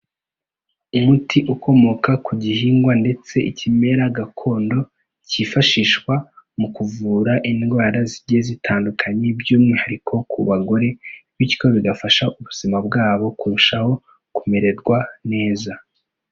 Umuti ukomoka ku gihingwa ndetse ikimera gakondo cyifashishwa mu kuvura indwara zigiye zitandukanye by'umwihariko ku bagore bityo bigafasha ubuzima bwabo kurushaho kumererwa neza.